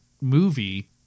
movie